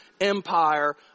empire